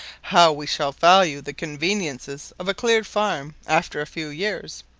how we shall value the conveniences of a cleared farm after a few years,